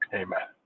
amen